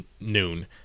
noon